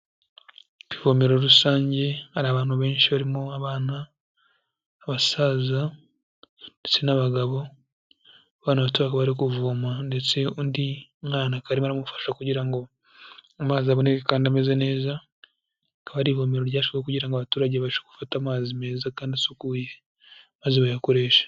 Ku ivomero rusange, hari abantu benshi barimo abana, abasaza, ndetse n'abagabo, abana bato bakaba bari kuvoma, ndetse undi mwana akaba arimo aramufasha kugira ngo amazi aboneke kandi ameze neza, akaba ari ivomero ryashyizweho kugira ngo abaturage babashe gufata amazi meza kandi asukuye, maze bayakoreshe.